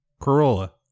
Corolla